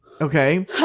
Okay